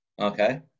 okay